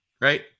right